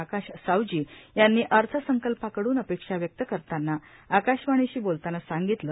आकाश सावजी यांनी अर्थसंकल्पाकडून अपेक्षा व्यक्त करताना आकाशवाणीशी बोलताना सांगितलं